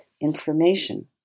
information